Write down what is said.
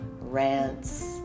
rants